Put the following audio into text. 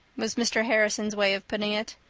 was mr. harrison's way of putting it.